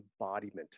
embodiment